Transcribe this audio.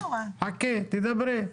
חכי, תדברי.